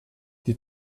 die